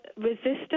resistance